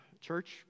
Church